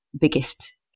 biggest